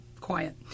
quiet